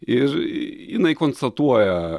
ir jinai konstatuoja